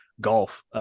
golf